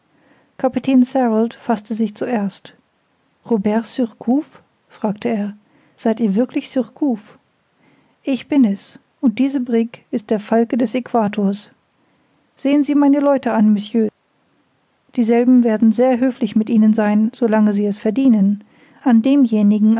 kapitän sarald faßte sich zuerst robert surcouf fragte er seid ihr wirklich surcouf ich bin es und diese brigg ist der falke des aequators sehen sie meine leute an messieurs dieselben werden sehr höflich mit ihnen sein so lange sie es verdienen an demjenigen